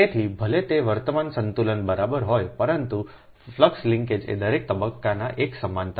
તેથી ભલે તે વર્તમાન સંતુલન બરાબર હોય પરંતુ ફ્લક્સ લિન્કેજીસ એ દરેક તબક્કાના એક સમાનતા નથી